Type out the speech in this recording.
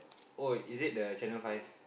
oh is it the channel five